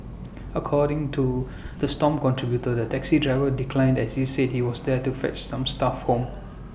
according to the stomp contributor the taxi driver declined as he said he was there to fetch some staff home